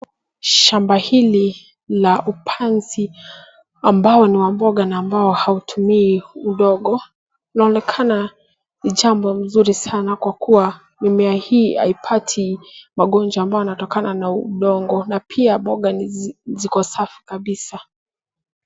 Shamba hili la upanzi ambao ni wa mboga na ambao hautumii udongo unaonekana ni jambo nzuri sana kwa kuwa mimea hii haipati magonjwa ambayo yanatokana na udongo na pia mboga ziko safi kabisa.